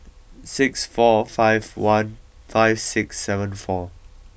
six four five one five six seven four